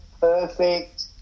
perfect